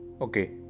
okay